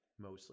mostly